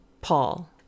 Paul